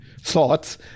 thoughts